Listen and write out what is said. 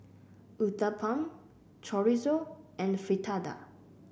Uthapam Chorizo and Fritada